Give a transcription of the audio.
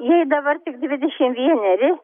jai dabar tik dvidešim vieneri